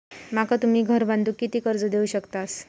माका तुम्ही घर बांधूक किती कर्ज देवू शकतास?